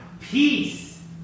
peace